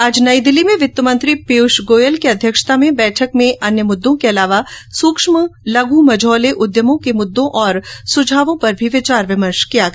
आज नई दिल्ली में वित्त मंत्री पीयूष गोयल की अध्यक्षता में बैठक में अन्य मुद्दों के अलावा सूक्ष्म लघु मझोले उद्यमों के मुद्दों और सुझावों पर विचार विमर्श किया गया